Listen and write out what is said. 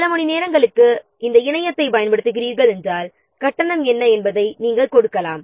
சில மணி நேரங்களுக்கு இணையத்தைப் பயன்படுத்துகிறோம் என்றால் கட்டணம் என்ன என்பதை நாம் கொடுக்கலாம்